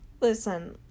Listen